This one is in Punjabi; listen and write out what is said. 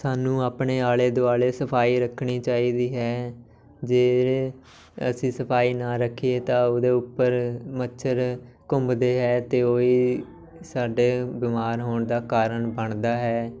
ਸਾਨੂੰ ਆਪਣੇ ਆਲੇ ਦੁਆਲੇ ਸਫਾਈ ਰੱਖਣੀ ਚਾਹੀਦੀ ਹੈ ਜੇ ਅਸੀਂ ਸਫਾਈ ਨਾ ਰੱਖੀਏ ਤਾਂ ਉਹਦੇ ਉੱਪਰ ਮੱਛਰ ਘੁੰਮਦੇ ਹੈ ਅਤੇ ਉਹੀ ਸਾਡੇ ਬਿਮਾਰ ਹੋਣ ਦਾ ਕਾਰਨ ਬਣਦਾ ਹੈ